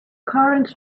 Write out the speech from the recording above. current